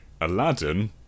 Aladdin